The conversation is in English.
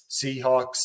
Seahawks